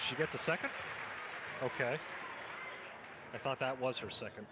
she gets a second ok i thought that was her second